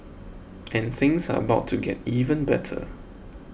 and things are about to get even better